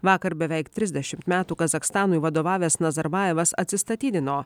vakar beveik trisdešimt metų kazachstanui vadovavęs nazarbajevas atsistatydino